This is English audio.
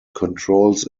controls